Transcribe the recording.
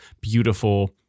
beautiful